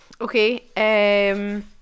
Okay